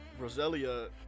Roselia